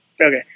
Okay